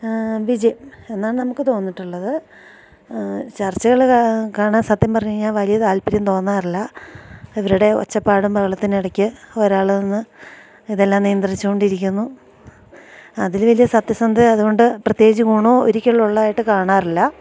വിജയമെന്നാണ് നമുക്ക് തോന്നിയിട്ടുള്ളത് ചർച്ചകള് കാണാൻ സത്യം പറഞ്ഞുകഴിഞ്ഞാല് വലിയ താല്പര്യം തോന്നാറില്ല ഇവരുടെ ഒച്ചപ്പാടും ബഹളത്തിന്റെയും ഇടയ്ക്ക് ഒരാള് നിന്ന് ഇതെല്ലാം നിയന്ത്രിച്ചുകൊണ്ടിരിക്കുന്നു അതില് വലിയ സത്യസന്ധതയോ അതുകൊണ്ട് പ്രത്യേകിച്ച് ഗുണമോ ഒരിക്കലുമുള്ളതായിട്ട് കാണാറില്ല